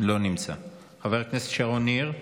לא נמצא, חברת הכנסת שרון ניר,